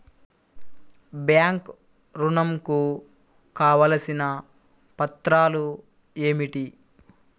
Bank ఋణం కు కావలసిన పత్రాలు ఏమిటి?